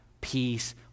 peace